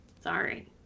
sorry